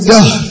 God